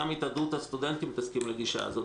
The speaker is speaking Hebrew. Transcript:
גם התאחדות הסטודנטים תסכים לגישה הזאת,